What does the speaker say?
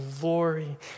glory